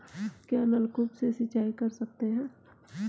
क्या नलकूप से सिंचाई कर सकते हैं?